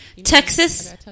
Texas